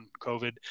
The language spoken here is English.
COVID